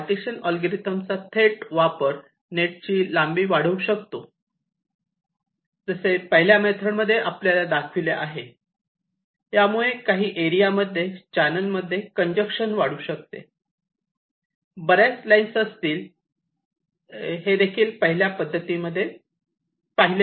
partition अल्गोरिदमचा थेट वापर नेटची लांबी वाढवू शकतो जसे पहिल्या मेथड मध्ये आपल्याला दाखवले आहे यामुळे काही एरिया मध्ये चॅनेलमध्ये कंजक्शन वाढू शकते बऱ्याच लाईन असतील हे देखील पहिल्या पद्धतीमध्ये पाहिले गेले